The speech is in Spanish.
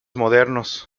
modernos